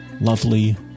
lovely